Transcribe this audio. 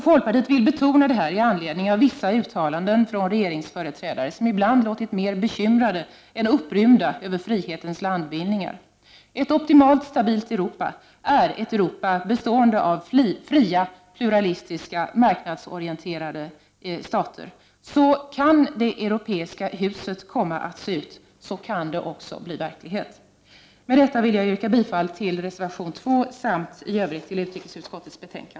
Folkpartiet vill betona detta i anledning av vissa uttalanden från regeringsföreträdare som ibland låtit mer bekymrade än upprymda över frihetens landvinningar. Ett optimalt stabilt Europa är ett Europa bestående av fria, pluralistiska marknadsorienterade stater. Så kan det europeiska huset komma att se ut, och då blir det också verklighet. Med detta vill jag yrka bifall till reservation 2 samt i övrigt till utrikesutskottets hemställan.